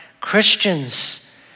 Christians